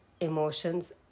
emotions